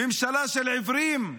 ממשלה של עיוורים.